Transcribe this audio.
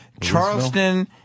Charleston